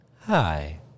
Hi